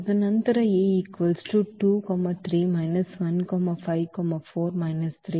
ತದನಂತರ ಈ matrix A